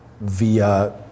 via